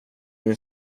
min